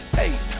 hey